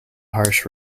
harsh